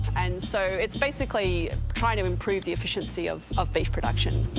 and so it's basically trying to improve the efficiency of, of beef production.